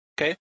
Okay